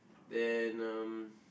then um